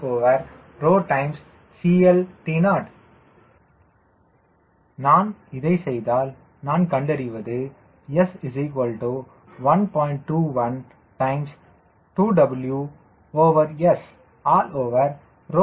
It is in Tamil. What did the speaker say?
1 2WSCLTO நான் இதைச் செய்தால் நான் கண்டறிவது s 1